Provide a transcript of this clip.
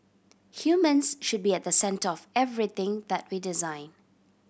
humans should be at the centre of everything that we design